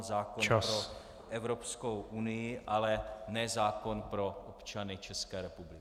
Zákon pro Evropskou unii, ale ne zákon pro občany České republiky.